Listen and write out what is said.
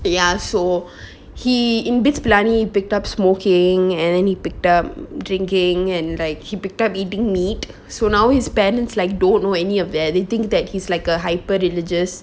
ya so he in BITS Palani picked up smoking and then he picked up drinking and like he picked up eating meat so now his spends like don't know any of everything that he's like a hyper religious